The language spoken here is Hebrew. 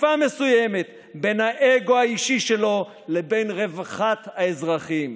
חפיפה מסוימת בין האגו האישי שלו לבין רווחת האזרחים,